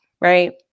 right